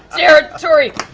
territory.